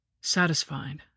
Satisfied